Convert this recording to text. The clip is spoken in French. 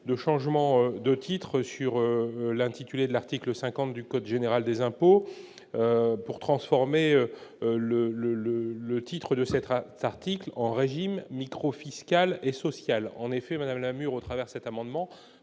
de changement de titre sur l'intitulé de l'article 50 du code général des impôts pour transformer le le le le titre de article en régime micro-fiscal et social en effet madame Namur au travers cet amendement